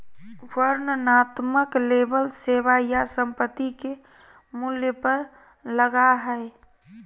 वर्णनात्मक लेबल सेवा या संपत्ति के मूल्य पर लगा हइ